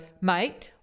mate